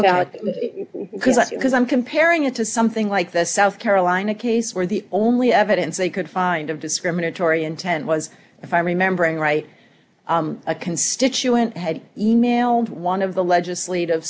because it's because i'm comparing it to something like the south carolina case where the only evidence they could find of discriminatory intent was if i'm remembering right a constituent had emailed one of the legislative